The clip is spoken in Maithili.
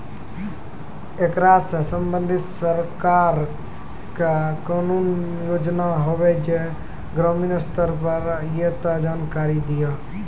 ऐकरा सऽ संबंधित सरकारक कूनू योजना होवे जे ग्रामीण स्तर पर ये तऽ जानकारी दियो?